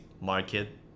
market